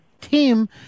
team